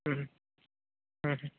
হুম হুম হুম